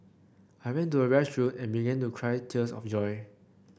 I ran to the restroom and began to cry tears of joy